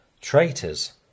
Traitors